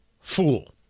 fool